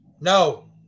No